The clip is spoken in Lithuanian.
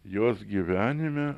jos gyvenime